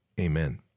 amen